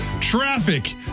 Traffic